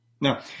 Now